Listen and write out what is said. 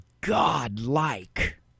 godlike